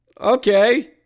Okay